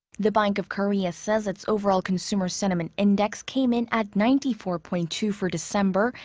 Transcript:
the bank of korea says. its overall consumer sentiment index came in at ninety four point two for december.